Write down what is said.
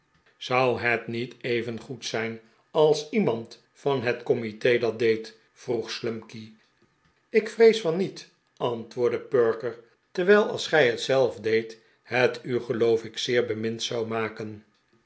zou het niet eyengoed zijn als iemand van het comite dat deed vroeg slumkey ik vrees van niet antwoordde perker terwijl als gij het zelf deedt het u geloof ik zeer bemind zou maken